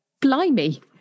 Blimey